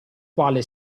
quale